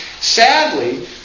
Sadly